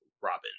Robin